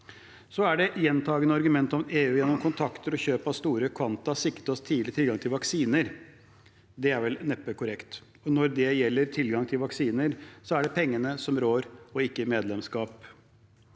Så til det gjentakende argumentet om EU – at vi gjennom kontakter og kjøp av store kvanta sikret oss tidlig tilgang til vaksiner: Det er vel neppe korrekt. Når det gjelder tilgang til vaksiner, er det pengene som rår, og ikke medlemskap.